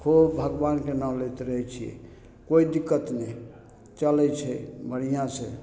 खूब भगवानके नाम लैत रहय छी कोइ दिक्कत नहि चलय छै बढ़िआँसँ